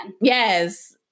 Yes